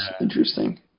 Interesting